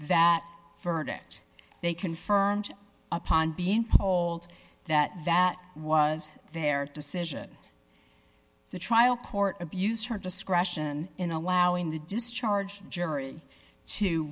that verdict they confirmed upon being told that that was their decision the trial court abused her discretion in allowing the discharged jury to